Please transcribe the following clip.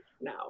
now